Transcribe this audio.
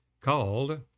called